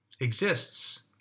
exists